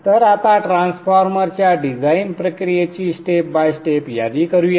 तर आता ट्रान्सफॉर्मरच्या डिझाइन प्रक्रियेची स्टेप बाय स्टेप यादी करूया